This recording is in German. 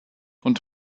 und